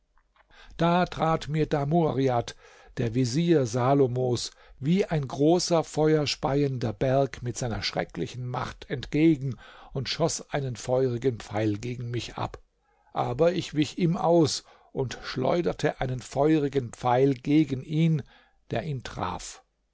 da trat mir damuriat der vezier salomos wie ein großer feuerspeiender berg mit seiner schrecklichen macht entgegen und schoß einen feurigen pfeil gegen mich ab aber ich wich ihm aus und schleuderte einen feurigen pfeil gegen ihn der ihn traf